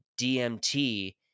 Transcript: DMT